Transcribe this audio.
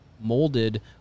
molded